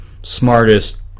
smartest